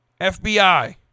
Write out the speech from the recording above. FBI